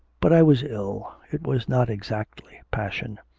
but i was ill, it was not exactly passion.